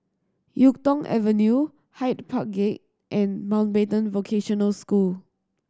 Yuk Tong Avenue Hyde Park Gate and Mountbatten Vocational School